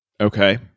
Okay